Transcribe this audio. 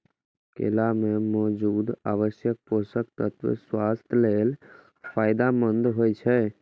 केला मे मौजूद आवश्यक पोषक तत्व स्वास्थ्य लेल फायदेमंद होइ छै